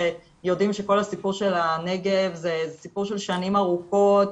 שכל הסיפור של הנגב זה סיפור של שנים ארוכות,